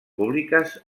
públiques